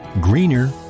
greener